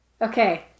okay